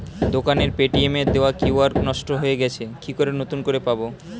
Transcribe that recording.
দোকানের পেটিএম এর দেওয়া কিউ.আর নষ্ট হয়ে গেছে কি করে নতুন করে পাবো?